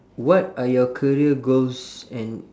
what are your career goals and